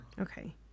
Okay